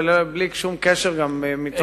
ובלי שום קשר גם מתוך,